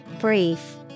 Brief